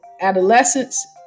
adolescents